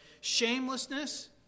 Shamelessness